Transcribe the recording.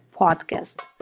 podcast